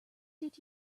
did